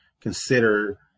consider